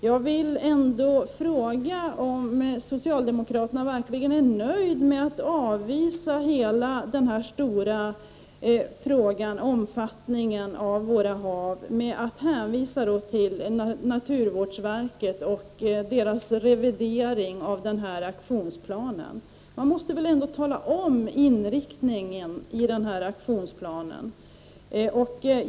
Jag vill ändå fråga om socialdemokraterna verkligen är nöjda med att i den stora frågan om haven hänvisa till naturvårdsverket och dess revidering av aktionsplanen. Man måste väl ändå tala om inriktningen i aktionsplanen.